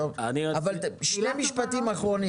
שני משפטים אחרונים.